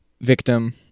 victim